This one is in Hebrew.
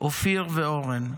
אופיר ואורן,